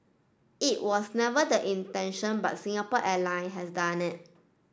it was never the intention but Singapore Airline has done it